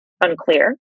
Unclear